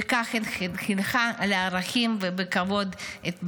וכך היא חינכה לערכים ולכבוד את בניה.